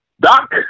Doc